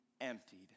emptied